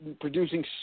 producing